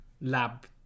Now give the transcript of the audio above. lab